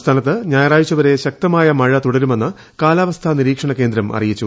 സംസ്ഥാനത്ത് ഞായറാഴ്ച വരെ ശക്തമായ മഴ തുടരുമെന്ന് കാലാവസ്ഥ നിരീക്ഷണ കേന്ദ്രം അറിയിച്ചു